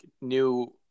new